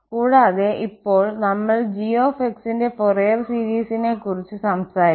കൂടാതെ ഇപ്പോൾ നമ്മൾ g ന്റെ ഫൊറിയർ സീരിസിനെക്കുറിച്ചു സംസാരിക്കും